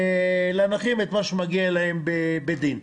את מה שמגיע להם בדין.